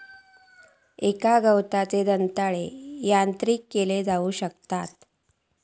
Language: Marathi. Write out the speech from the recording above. एका गवताचे दंताळे यांत्रिक केले जाऊ शकतत